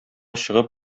чыгып